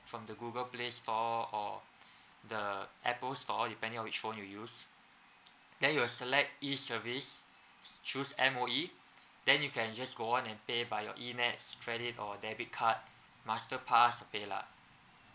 from the google play store or the apple store depending on which phone you use then you'll select e service choose M_O_E then you can just go on and pay by your AMEX credit or debit card masterpass paylah